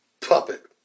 puppet